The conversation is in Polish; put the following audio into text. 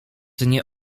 nie